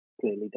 clearly